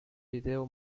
video